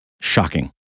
Shocking